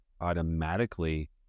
automatically